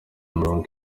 umurongo